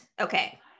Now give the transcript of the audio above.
Okay